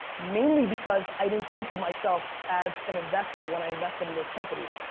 mainly because i didn't think of myself as an investor when i invested in those companies.